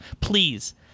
Please